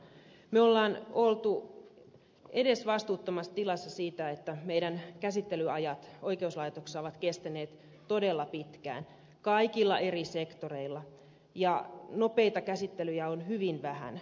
me olemme olleet edesvastuuttomassa tilassa sikäli että meidän käsittelyajat oikeuslaitoksessa ovat kestäneet todella pitkään kaikilla eri sektoreilla ja nopeita käsittelyjä on hyvin vähän